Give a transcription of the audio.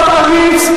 הוא עכשיו עריץ.